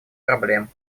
проблем